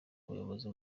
umuyobozi